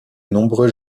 nombreux